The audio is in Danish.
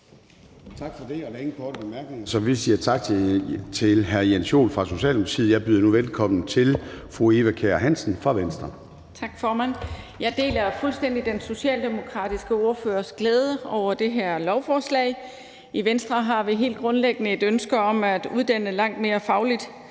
bemærkninger, så vi siger tak til hr. Jens Joel fra Socialdemokratiet. Jeg byder nu velkommen til fru Eva Kjer Hansen fra Venstre. Kl. 22:04 (Ordfører) Eva Kjer Hansen (V): Tak, formand. Jeg deler jo fuldstændig den socialdemokratiske ordførers glæde over det her lovforslag. I Venstre har vi helt grundlæggende et ønske om at uddanne langt mere faglig